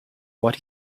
what